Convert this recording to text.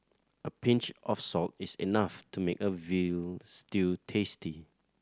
a pinch of salt is enough to make a veal stew tasty